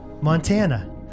montana